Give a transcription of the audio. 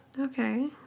Okay